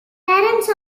parents